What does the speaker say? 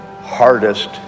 hardest